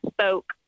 spoke